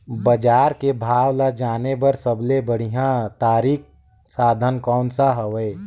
बजार के भाव ला जाने बार सबले बढ़िया तारिक साधन कोन सा हवय?